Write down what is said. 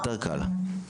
יותר קל.